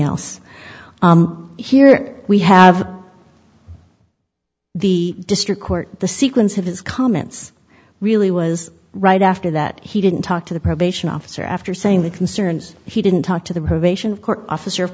else here we have the district court the sequence of his comments really was right after that he didn't talk to the probation officer after saying the concerns he didn't talk to the